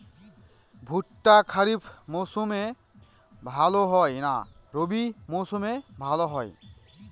ভুট্টা খরিফ মৌসুমে ভাল হয় না রবি মৌসুমে ভাল হয়?